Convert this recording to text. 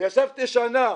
ישבתי שנה,